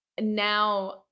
now